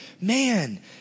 Man